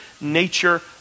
nature